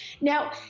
Now